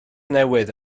newydd